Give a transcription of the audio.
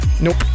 Nope